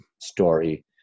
story